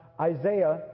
Isaiah